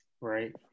Right